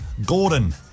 Gordon